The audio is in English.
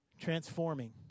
Transforming